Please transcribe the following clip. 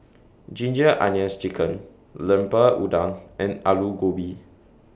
Ginger Onions Chicken Lemper Udang and Aloo Gobi